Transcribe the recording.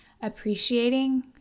appreciating